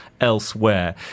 elsewhere